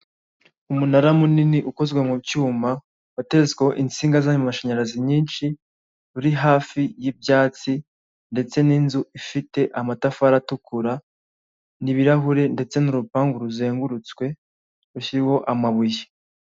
Umunara munini ukozwe mu cyuma wateretsweho insinga z'amamashanyarazi nyinshi, uri hafi y'ibyatsi ndetse n'inzu ifite amatafari atukura n'ibirahure, ndetse n'urupangu ruzengurutswe rukiriho amabuye.